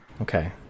Okay